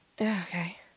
Okay